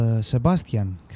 Sebastian